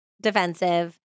defensive